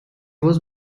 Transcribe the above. was